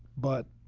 but